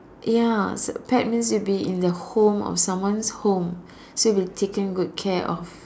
ya s~ pet means will be in the home or someone's home so you'll be taken good care of